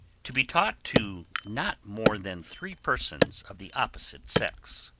to be taught to not more than three persons of the opposite sex.